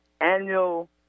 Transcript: annual